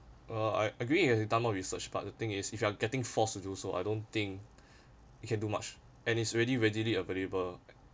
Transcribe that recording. uh I agree it has done more research but the thing is if you are getting forced to do so I don't think you can do much and it's ready readily available